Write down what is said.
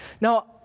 Now